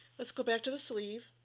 let's go back to the sleeve,